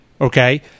okay